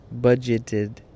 budgeted